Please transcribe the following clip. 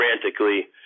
frantically